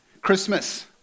Christmas